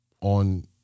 on